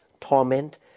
torment